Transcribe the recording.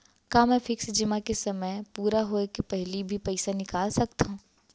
का मैं फिक्स जेमा के समय पूरा होय के पहिली भी पइसा निकाल सकथव?